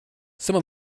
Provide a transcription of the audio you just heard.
some